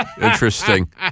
Interesting